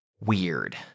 weird